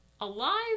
alive